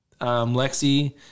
Lexi